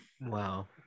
Wow